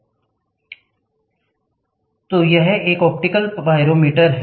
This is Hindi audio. तो यहाँ एक ऑप्टिकल पाइरोमीटर है